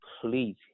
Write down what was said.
please